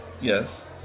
yes